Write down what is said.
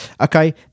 Okay